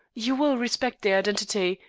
you will respect their identity,